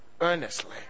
earnestly